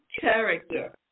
character